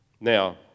Now